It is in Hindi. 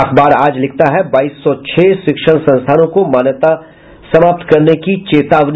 अखबार आज लिखता है बाईस सौ छह शिक्षण संस्थानों का मान्यता समाप्त करने की चेतावनी